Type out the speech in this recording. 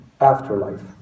afterlife